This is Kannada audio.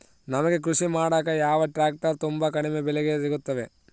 ನಮಗೆ ಕೃಷಿ ಮಾಡಾಕ ಯಾವ ಟ್ರ್ಯಾಕ್ಟರ್ ತುಂಬಾ ಕಡಿಮೆ ಬೆಲೆಗೆ ಸಿಗುತ್ತವೆ?